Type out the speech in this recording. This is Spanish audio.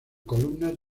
columnas